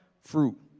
fruit